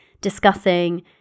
discussing